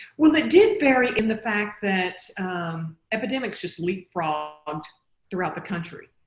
well it did vary in the fact that epidemics just leapfrogged throughout the country.